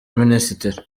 minisitiri